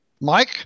Mike